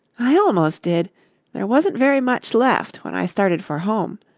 i almost did there wasn't very much left when i started for home.